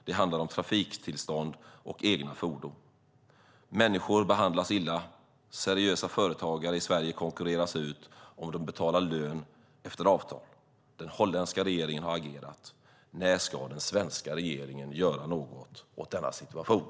Det handlar om trafiktillstånd och egna fordon. Människor behandlas illa. Seriösa företagare i Sverige konkurreras ut om de betalar lön efter avtal. Den holländska regeringen har agerat. När ska den svenska regeringen göra något åt denna situation?